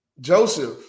Joseph